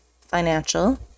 financial